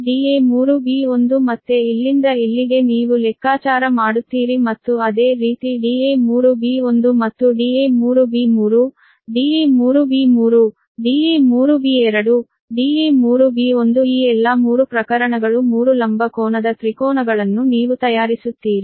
da3b1 ಮತ್ತೆ ಇಲ್ಲಿಂದ ಇಲ್ಲಿಗೆ ನೀವು ಲೆಕ್ಕಾಚಾರ ಮಾಡುತ್ತೀರಿ ಮತ್ತು ಅದೇ ರೀತಿ da3b1 ಮತ್ತು da3b3 da3b3 da3b2 da3b1 ಈ ಎಲ್ಲಾ 3 ಪ್ರಕರಣಗಳು 3 ಲಂಬ ಕೋನದ ತ್ರಿಕೋನಗಳನ್ನು ನೀವು ತಯಾರಿಸುತ್ತೀರಿ